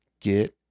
Get